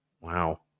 wow